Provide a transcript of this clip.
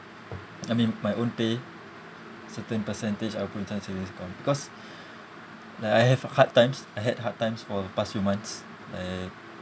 I mean my own pay certain percentage I will put inside savings account because like I have hard times I had hard times for the past few months eh